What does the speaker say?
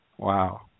Wow